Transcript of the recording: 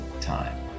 time